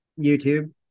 youtube